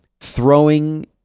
Throwing